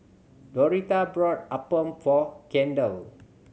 Doretha bought appam for Kendell